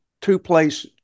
two-place